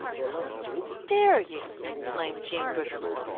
how dare you! flamed jean briggerland.